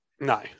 No